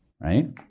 right